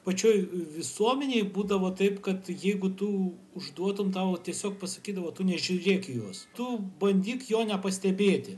pačioj visuomenėj būdavo taip kad jeigu tu užduotum tau tiesiog pasakydavo tu nežiūrėk į juos tu bandyk jo nepastebėti